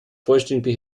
vollständig